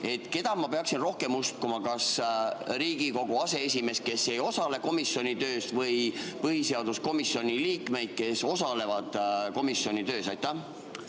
Keda ma peaksin rohkem uskuma, kas Riigikogu aseesimeest, kes ei osale komisjoni töös, või põhiseaduskomisjoni liikmeid, kes osalevad komisjoni töös? Tänan,